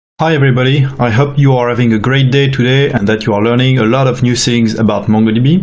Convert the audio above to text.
hi, everybody. i hope you are having a great day today and that you are learning a lot of new things about mongodb.